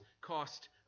cost